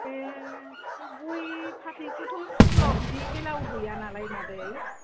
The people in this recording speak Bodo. बे गय फाथैखौथ' स्कुल आव बिदि एलाव गैया नालाय मादै